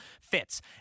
fits